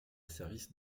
service